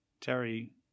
Terry